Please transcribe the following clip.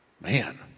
man